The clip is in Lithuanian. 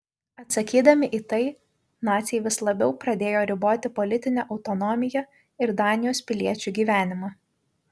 atsakydami į tai naciai vis labiau pradėjo riboti politinę autonomiją ir danijos piliečių gyvenimą